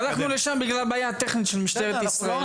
הלכנו לשם בגלל בעיה טכנית של משטרת ישראל.